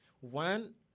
One